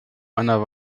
einer